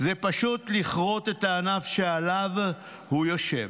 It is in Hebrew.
זה פשוט לכרות את הענף שעליו יושבים.